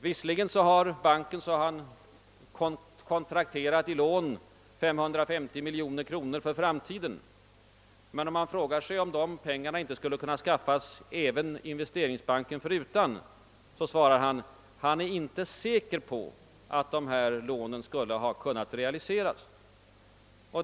Banken har, som han uppgav, kontrakterat 550 miljoner kronor för framtida lån, men om man frågar om inte dessa pengar skulle kunna skaffas även Investeringsbanken förutan, svarar han att han »inte är säker på» att lånen skulle ha kunnat realiseras på annat sätt.